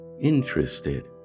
interested